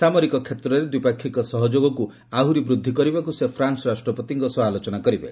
ସାମରିକ କ୍ଷେତ୍ରରେ ଦ୍ୱିପାକ୍ଷିକ ସହଯୋଗକୁ ଆହୁରି ବୃଦ୍ଧି କରିବାକୁ ସେ ଫ୍ରାନ୍ସ ରାଷ୍ଟ୍ରପତିଙ୍କ ସହ ଆଲୋଚନା କରିବେ